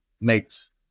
makes